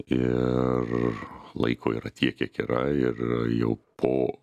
ir laiko yra tiek kiek yra ir jau po